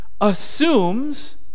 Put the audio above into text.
assumes